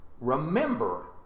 remember